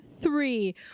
three